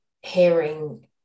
hearing